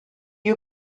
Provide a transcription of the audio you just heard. you